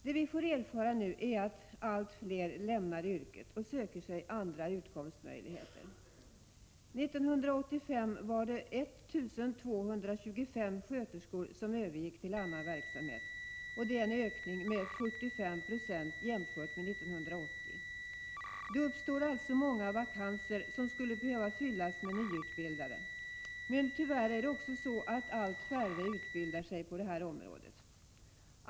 Det vi nu får erfara är att allt fler lämnar yrket och söker sig andra utkomstmöjligheter. 1985 var det 1 225 sköterskor som övergick till annan verksamhet, vilket är en ökning med 75 90 jämfört med 1980. Det uppstår alltså många vakanser, som skulle behöva fyllas med nyutbildade, men tyvärr är det också så att allt färre utbildar sig på det här området.